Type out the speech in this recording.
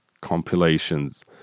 compilations